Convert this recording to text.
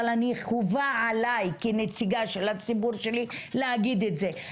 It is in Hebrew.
אבל חובה עליי כנציגה של הציבור שלי להגיד את זה,